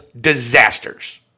disasters